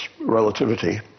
relativity